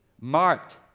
marked